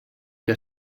que